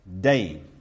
Day